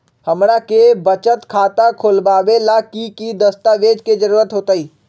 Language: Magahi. हमरा के बचत खाता खोलबाबे ला की की दस्तावेज के जरूरत होतई?